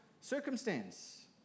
circumstance